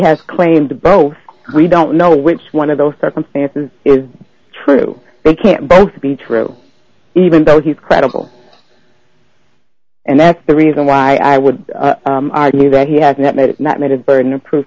has claimed both we don't know which one of those circumstances is true they can't both be true even though he's credible and that's the reason why i would argue that he has not made not made a burden of proof